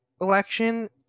election